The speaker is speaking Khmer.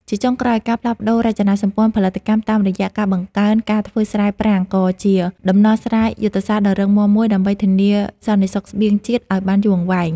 ជាចុងក្រោយ ការផ្លាស់ប្តូររចនាសម្ព័ន្ធផលិតកម្មតាមរយៈការបង្កើនការធ្វើស្រែប្រាំង ក៏ជាដំណោះស្រាយយុទ្ធសាស្ត្រដ៏រឹងមាំមួយដើម្បីធានាសន្តិសុខស្បៀងជាតិឱ្យបានយូរអង្វែង។